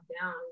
down